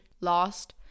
lost